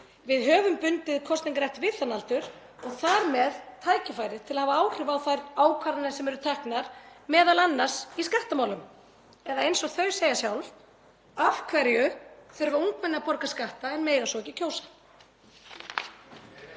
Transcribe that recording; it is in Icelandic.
Við höfum bundið kosningarétt við þann aldur og þar með tækifærið til þess að hafa áhrif á þær ákvarðanir sem eru teknar, m.a. í skattamálum. Eins og þau segja sjálf: Af hverju þurfa ungmenni að borga skatta en mega svo ekki kjósa?